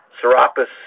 Serapis